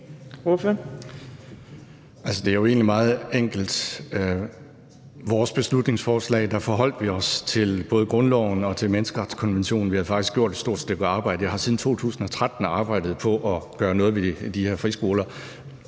det er jo egentlig meget enkelt. I vores beslutningsforslag forholdt vi os til både grundloven og menneskerettighedskonventionen. Vi har faktisk gjort et stort stykke arbejde. Jeg har siden 2013 arbejdet på at gøre noget ved de her friskoler.